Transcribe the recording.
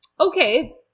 Okay